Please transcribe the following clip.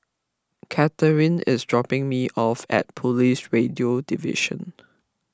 Kathrine is dropping me off at Police Radio Division